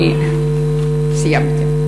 אני סיימתי.